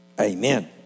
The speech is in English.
Amen